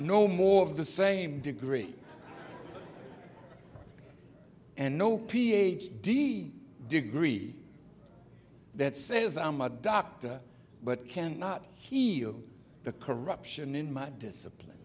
no more of the same degree and no ph d degree that says i'm a doctor but cannot heal the corruption in my discipline